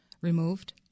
removed